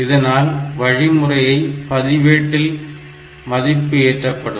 இதனால் வழிமுறை பதிவேட்டில் மதிப்பு ஏற்றம் செய்யப்படும்